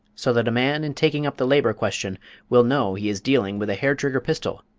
so that a man in taking up the labor question will know he is dealing with a hair-trigger pistol,